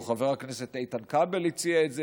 או חבר הכנסת איתן כבל הציע את זה,